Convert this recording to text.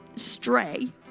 stray